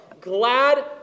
Glad